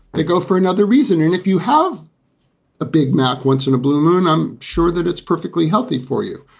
they go for another reason. and if you have a big mac once in a blue moon, i'm sure that it's perfectly healthy for you.